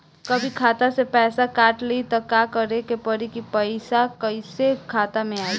कभी खाता से पैसा काट लि त का करे के पड़ी कि पैसा कईसे खाता मे आई?